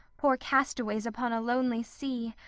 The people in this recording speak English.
poor castaways upon a lonely sea,